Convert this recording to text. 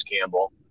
Campbell